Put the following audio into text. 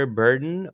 burden